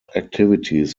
activities